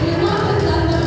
and i know